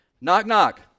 Knock-knock